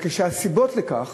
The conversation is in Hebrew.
והסיבות לכך